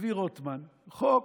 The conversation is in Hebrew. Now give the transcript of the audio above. הביא רוטמן חוק,